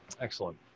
Excellent